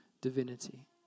divinity